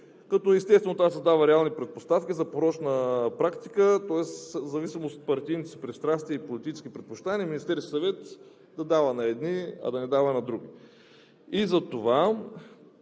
като естествено това създава реални предпоставки за порочна практика. Тоест в зависимост от партийните си пристрастия и политически предпочитания Министерският съвет да дава на едни, а да не дава на други.